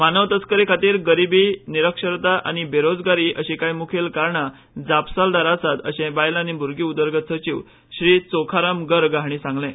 मानवी तस्करी खातीर गरिबी निरक्षरताय आनी बेरोजगारी अशी कांय मुखेल कारणां जापसालदार आसात अशें बायलां आनी भूरगीं उदरगत सचीव चोखाराम गर्ग हांणी सांगलें